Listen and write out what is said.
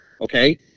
Okay